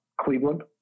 Cleveland